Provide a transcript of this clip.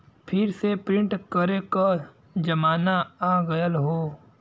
फिर से प्रिंट करे क जमाना आ गयल हौ